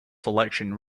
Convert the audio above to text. selection